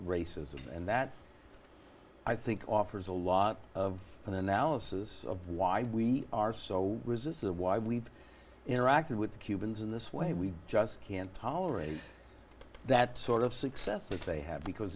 racism and that i think offers a lot of analysis of why we are so resist why we've interacted with the cubans in this way we just can't tolerate that sort of success that they have because